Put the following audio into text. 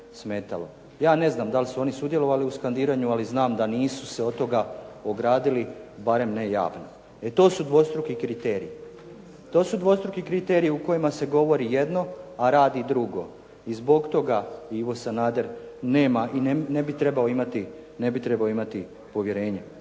Ja ne znam da li su oni sudjelovali u skandiranju, ali znam da nisu se od toga ogradili barem ne javno, e to su dvostruki kriteriji. E to su dvostruki kriteriji. To su dvostruki kriteriji u kojima se govori jedno, a radi drugo. I zbog toga Ivo Sanader nema i ne bi trebao imati povjerenje.